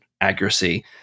accuracy